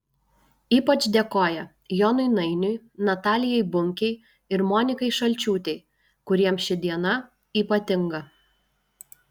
ypač dėkoja jonui nainiui natalijai bunkei ir monikai šalčiūtei kuriems ši diena ypatinga